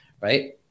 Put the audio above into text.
right